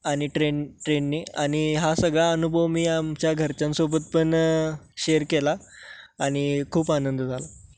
आणि ट्रेन ट्रेनने आणि हा सगळा अनुभव मी आमच्या घरच्यांसोबत पण शेअर केला आणि खूप आनंद झाला